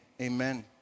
Amen